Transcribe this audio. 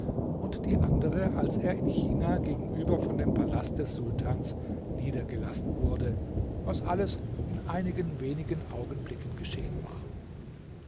und die andere als er in china gegenüber von dem palast des sultans niedergelassen wurde was alles in einigen wenigen augenblicken geschehen war